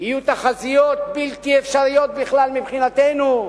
יהיו תחזיות בלתי אפשריות בכלל מבחינתנו.